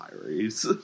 Diaries